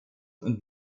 und